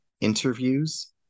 interviews